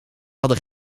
hadden